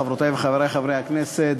חברותי וחברי חברי הכנסת,